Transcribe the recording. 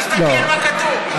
תסתכל מה כתוב.